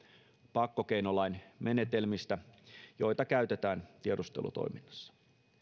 pakkokeinolain menetelmistä joita käytetään tiedustelutoiminnassa